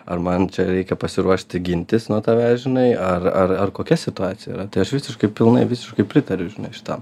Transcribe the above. ar man reikia pasiruošti gintis nuo tavęs žinai ar ar ar kokia situacija yra tai aš visiškai pilnai visiškai pritariu žinai šitam